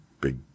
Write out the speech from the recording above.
Big